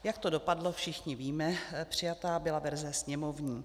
Jak to dopadlo, všichni víme, přijata byla verze sněmovní.